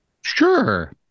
Sure